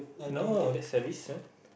no that's a risk ah